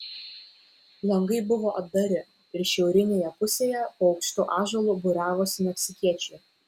langai buvo atdari ir šiaurinėje pusėje po aukštu ąžuolu būriavosi meksikiečiai